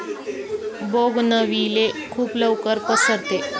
bougainvillea खूप लवकर पसरते